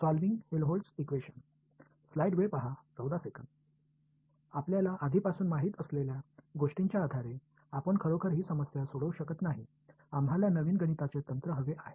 आपल्याला आधीपासून माहित असलेल्या गोष्टींच्या आधारे आपण खरोखर ही समस्या सोडवू शकत नाही आम्हाला नवीन गणिताचे तंत्र हवे आहे